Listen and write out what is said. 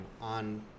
on